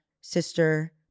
sister